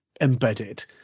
embedded